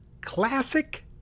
classic